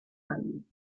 anni